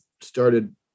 started